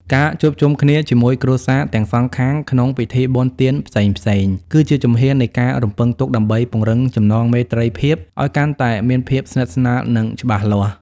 ការជួបជុំគ្នាជាមួយគ្រួសារទាំងសងខាងក្នុងពិធីបុណ្យទានផ្សេងៗ គឺជាជំហាននៃការរំពឹងទុកដើម្បីពង្រឹងចំណងមេត្រីភាពឱ្យកាន់តែមានភាពស្និទ្ធស្នាល និងច្បាស់លាស់។